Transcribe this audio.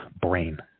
brain